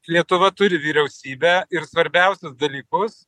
lietuva turi vyriausybę ir svarbiausius dalykus